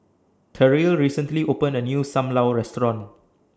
Terrill recently opened A New SAM Lau Restaurant